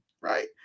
right